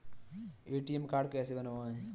ATM card कैसे बनवाएँ?